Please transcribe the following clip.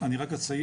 אני רק אציין